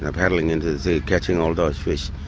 ah paddling into the sea, catching all those fish,